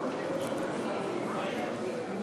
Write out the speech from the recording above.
בבקשה.